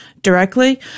directly